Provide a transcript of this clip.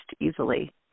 easily